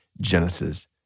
Genesis